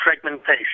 fragmentation